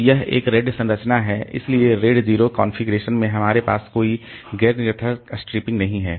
तो यह एक RAID संरचना है इसलिए RAID 0 कॉन्फ़िगरेशन में हमारे पास कोई गैर निरर्थक स्ट्रिपिंग नहीं है